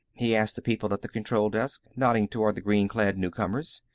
he asked the people at the control desk, nodding toward the green-clad newcomers.